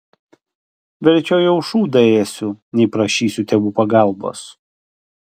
verčiau jau šūdą ėsiu nei prašysiu tėvų pagalbos